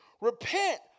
Repent